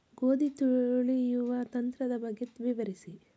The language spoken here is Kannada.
ಗೋಧಿ ತುಳಿಯುವ ಯಂತ್ರದ ಬಗ್ಗೆ ವಿವರಿಸಿ?